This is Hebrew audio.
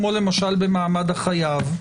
כמו למשל במעמד החייב,